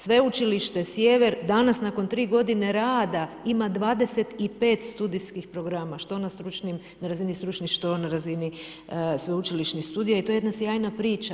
Sveučilište Sjever, danas nakon 3 godine rada ima 25 studijskih programa što na razini stručnih, što na razini sveučilišnih studija i to je jedna sjajna priča.